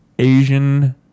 Asian